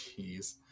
jeez